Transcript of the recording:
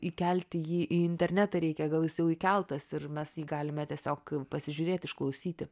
įkelti jį į internetą reikia gal jis jau įkeltas ir mes jį galime tiesiog pasižiūrėt išklausyti